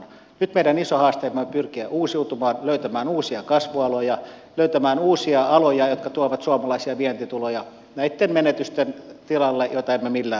nyt meidän iso haasteemme on pyrkiä uusiutumaan löytämään uusia kasvualoja löytämään uusia aloja jotka tuovat suomalaisia vientituloja näitten menetysten tilalle joita emme millään saa takaisin